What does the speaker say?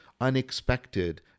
unexpected